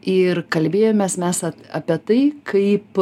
ir kalbėjomės mes a apie tai kaip